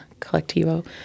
Collectivo